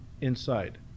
inside